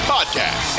Podcast